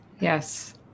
Yes